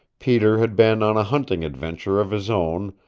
peter had been on a hunting adventure of his own,